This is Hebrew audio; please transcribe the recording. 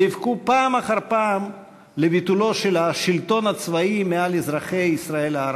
נאבקו פעם אחר פעם לביטולו של השלטון הצבאי מעל אזרחי ישראל הערבים.